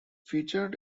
featured